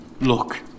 Look